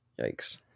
Yikes